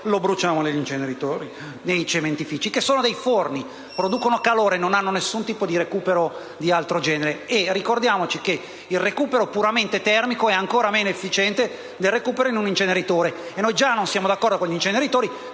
bruciamo il rifiuto nei cementifici, che sono dei forni, in quanto producono calore, non hanno nessun tipo di recupero di altro genere. Ricordiamo che il recupero puramente termico è ancora meno efficiente del recupero in un inceneritore, e noi già non siamo d'accordo con gli inceneritori,